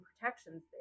protections